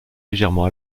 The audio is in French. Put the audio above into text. légèrement